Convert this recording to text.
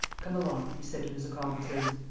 come along, he said to his accomplices.